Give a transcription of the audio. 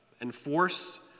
enforce